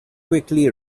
quickly